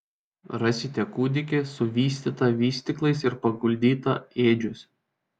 rasite kūdikį suvystytą vystyklais ir paguldytą ėdžiose